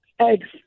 eggs